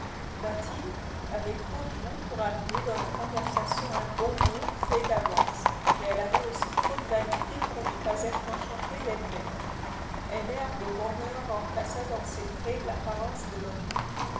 mathilde avait trop de goût pour amener dans la conversation un bon mot fait d'avance mais elle avait aussi trop de vanité pour ne pas être enchantée d'elle-même un air de bonheur remplaça dans ses traits l'apparence de l'ennui